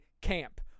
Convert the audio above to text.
camp